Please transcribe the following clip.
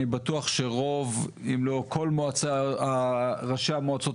אני בטוח שרוב אם לא כל ראשי המועצות